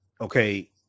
okay